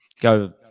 Go